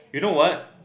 you know what